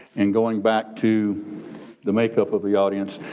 and going back to the makeup of the audience,